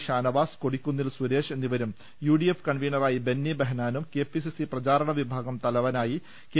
ഷാനവാസ് കൊടിക്കുന്നിൽ സുരേഷ് എന്നിവരും യുഡിഎഫ് കൺവീനറായി ബെന്നി ബഹനാനും കെപിസിസി പ്രചാരണ വിഭാഗം ചെയർമാനായി കെ